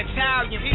Italian